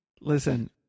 listen